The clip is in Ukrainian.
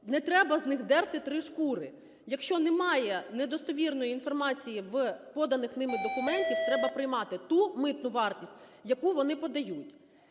не треба з них дерти три шкури. Якщо немає недостовірної інформації в поданих ними документах, треба приймати ту митну вартість, яку вони подають.